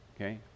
Okay